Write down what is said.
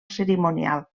cerimonial